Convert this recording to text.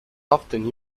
often